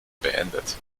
beendet